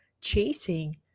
chasing